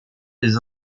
des